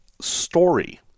story